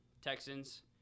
Texans